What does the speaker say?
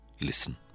listen